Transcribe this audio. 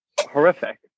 horrific